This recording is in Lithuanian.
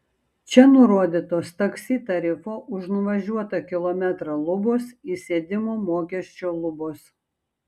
čia nurodytos taksi tarifo už nuvažiuotą kilometrą lubos įsėdimo mokesčio lubos